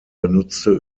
benutzte